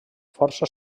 força